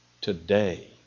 Today